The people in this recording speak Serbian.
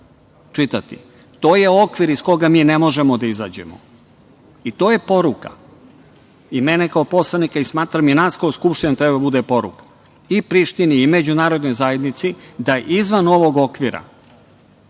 čitati to je okvir iz koga mi ne možemo da izađemo i to je poruka i mene kao poslanika i smatram i nas kao Skupštine da treba da bude poruka i Prištini i međunarodnoj zajednici, da izvan ovog okvira